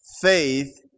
Faith